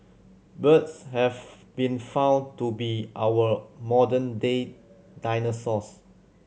birds have been found to be our modern day dinosaurs